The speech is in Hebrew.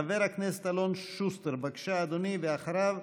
חבר הכנסת אלון שוסטר, בבקשה, אדוני, ואחריו,